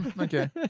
okay